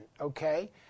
okay